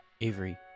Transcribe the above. Avery